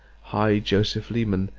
high joseph leman,